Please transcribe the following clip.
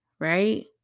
right